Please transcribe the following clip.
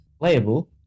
Playable